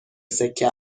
سکه